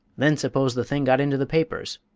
then suppose the thing got into the papers?